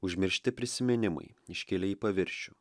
užmiršti prisiminimai iškilę į paviršių